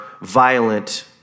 violent